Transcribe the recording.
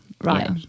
Right